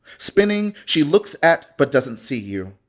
spinning, she looks at but doesn't see you.